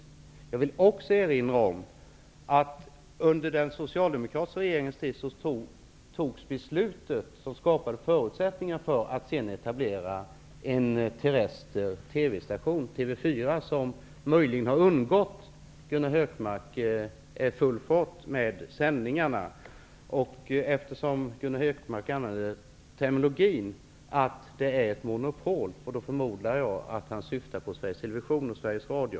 Vidare vill jag erinra om att under den socialdemokratiska regeringens tid fattades det beslut som skapade förutsättningar för en senare etablering av en terrest TV-station, TV 4, som -- möjligen har det undgått Gunnar Hökmark -- är i full färd med sina sändningar. Eftersom Gunnar Hökmark använder termen monopol förmodar jag att han syftar på Sveriges Television och Sveriges Radio.